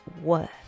worth